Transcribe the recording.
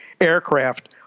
aircraft